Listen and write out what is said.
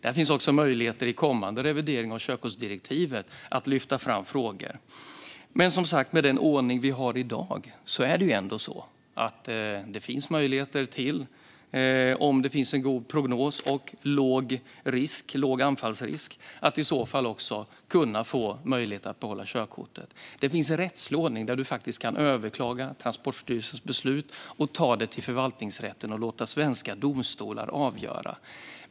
Det finns också möjligheter att i kommande revidering av körkortsdirektivet lyfta fram frågor. Men, som sagt: Med den ordning vi har i dag är det ändå så att det finns möjlighet att få behålla körkortet om prognosen är god och anfallsrisken låg. Det finns även en rättslig ordning där du faktiskt kan överklaga Transportstyrelsens beslut, ta det till förvaltningsrätten och låta svenska domstolar avgöra.